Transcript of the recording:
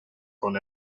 con